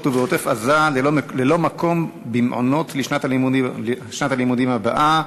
ובעוטף-עזה ללא מקום במעונות לשנת הלימודים הבאה,